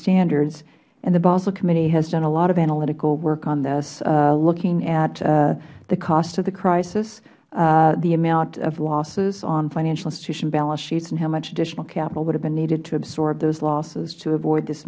standards and the basal committee has done a lot of analytical work on this looking at the cost of the crisis the amount of losses on financial institution balance sheets and how much additional capital would have been needed to absorb those losses to avoid this